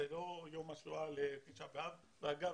אגב,